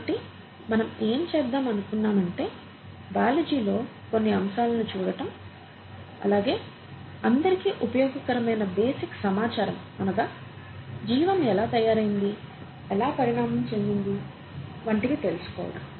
కాబట్టి మనం ఏమి చేద్దాం అంటే బయాలజీలో కొన్ని అంశాలను చూడటం అలాగే అందరికి ఉపయోగకరమైన బేసిక్ సమాచారం అనగా జీవం ఎలా తయారయ్యింది ఎలా పరిణామం చెందింది వంటివి తెలుసుకోవటం